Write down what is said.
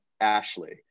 Ashley